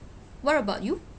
what about you